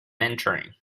entering